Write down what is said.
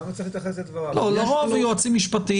לא רשום כבן זוגה?